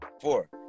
Four